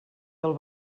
del